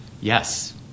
Yes